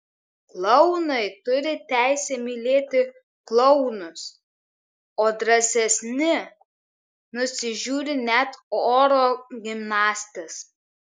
klounai turi teisę mylėti klounus o drąsesni nusižiūri net oro gimnastes